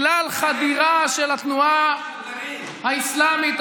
בגלל חדירה של התנועה האסלאמית,